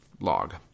log